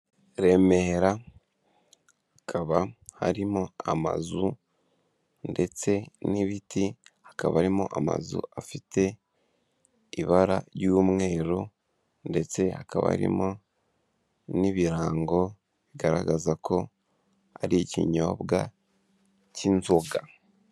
Remera hakaba harimo amazu ndetse n'ibiti, hakaba harimo amazu afite ibara ry'umweru ndetse hakaba harimo n'ibirango bigaragaza ko ari ikinyobwa cy'inzoga.